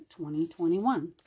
2021